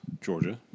Georgia